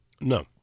No